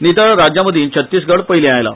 नितळ राज्यांमंदी छत्तीसगड पयलें आयला